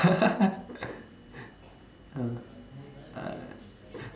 uh I